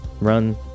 run